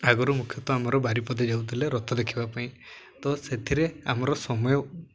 ଆଗରୁ ମୁଖ୍ୟତଃ ଆମର ବାରିପଦେଇ ଯାଉଥିଲେ ରଥ ଦେଖିବା ପାଇଁ ତ ସେଥିରେ ଆମର ସମୟ